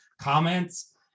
comments